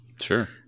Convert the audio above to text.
Sure